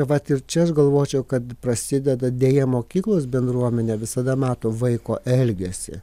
vat ir čia aš galvočiau kad prasideda deja mokyklos bendruomenė visada mato vaiko elgesį